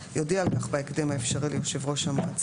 יודיע על כך בהקדם האפשרי ליושב-ראש המועצה,